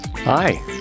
Hi